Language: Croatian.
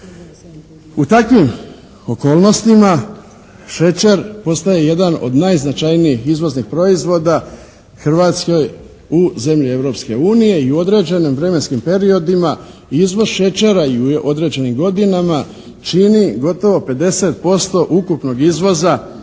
U takvim okolnostima šećer postaje jedan od najznačajnijih izvoznih proizvoda Hrvatske u zemlje Europske unije i u određenim vremenskim periodima izvoz šećera u određenim godinama čini gotovo 50% ukupnog izvoza